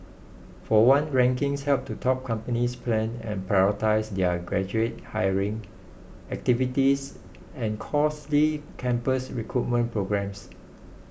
for one rankings help to top companies plan and prioritise their graduate hiring activities and costly campus recruitment programmes